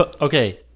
okay